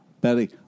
Betty